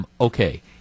okay